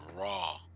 raw